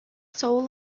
soul